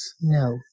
No